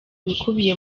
bikubiye